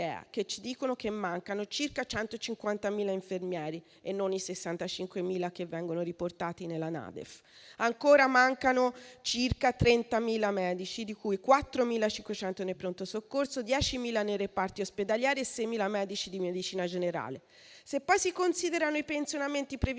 che ci dicono che mancano circa 150.000 infermieri e non i 65.000 che vengono riportati nella NADEF. Ancora mancano circa 30.000 medici, di cui 4.500 nei pronto soccorso, 10.000 nei reparti ospedalieri e 6.000 medici di medicina generale. Se poi si considerano i pensionamenti previsti